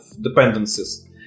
dependencies